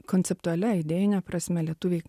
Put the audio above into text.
konceptualia idėjine prasme lietuviai